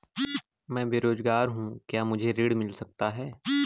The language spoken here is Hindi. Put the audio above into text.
मैं बेरोजगार हूँ क्या मुझे ऋण मिल सकता है?